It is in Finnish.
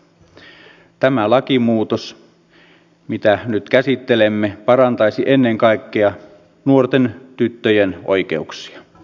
tämä lakimuutos mitä nyt käsittelemme parantaisi ennen kaikkea nuorten tyttöjen oikeuksia